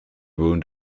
wound